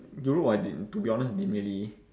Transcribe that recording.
europe I didn't to be honest I didn't really